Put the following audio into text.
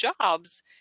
jobs